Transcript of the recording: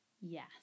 Yes